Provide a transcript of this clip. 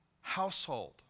household